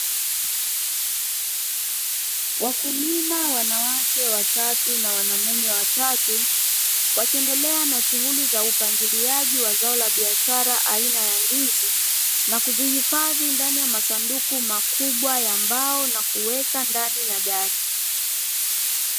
wakulima wanawake watatu na wamume watatu, wakiendelea na shughuli za upangiliaji wa zao la kibiashara aina ya ndizi na kuzihifadhi ndani ya masanduku makubwa ya mbao na kuweka ndani ya gari.